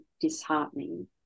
disheartening